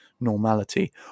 normality